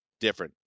different